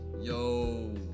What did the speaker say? Yo